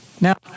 Now